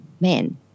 men